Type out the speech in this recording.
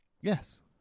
Yes